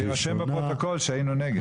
שיירשם בפרוטוקול שהיינו נגד.